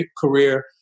career